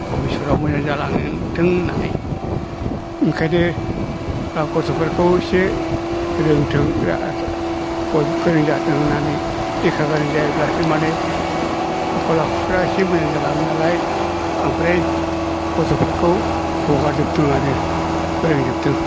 भबिसदाव मोजां जालांथों होननानै ओंखायनो आं गथ' फोरखौ एसे रोंथों बयबो गोरों जाथों होननानै लेखा गोरों जायोब्लासो माने आखल आखुफ्रा एसे मोजां जालाङो नालाय आमफ्राय गथ' फोरखौ हगारजोबदों आनो फोरोंजोबदों